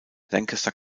lancaster